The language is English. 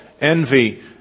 envy